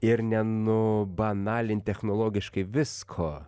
ir nenubanalint technologiškai visko